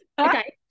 okay